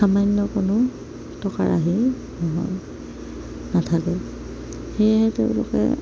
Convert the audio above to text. সামান্য কোনো টকা ৰাহি নহয় নাথাকে সেয়েহে তেওঁলোকে